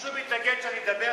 מישהו מתנגד שאני אדבר?